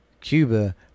Cuba